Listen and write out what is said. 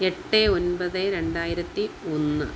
എട്ട് ഒൻപത് രണ്ടായിരത്തി ഒന്ന്